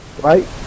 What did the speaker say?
Right